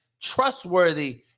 trustworthy